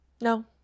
No